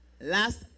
Last